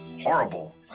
horrible